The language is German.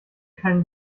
kein